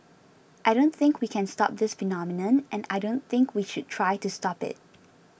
I don't think we can stop this phenomenon and I don't think we should try to stop it